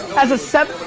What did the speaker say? as a set,